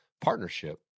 partnership